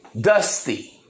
dusty